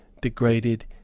degraded